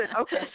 Okay